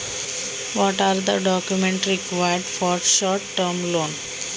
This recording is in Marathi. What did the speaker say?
अल्पमुदतीचे कर्ज घेण्यासाठी कोणते डॉक्युमेंट्स लागतात?